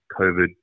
COVID